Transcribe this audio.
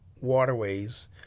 waterways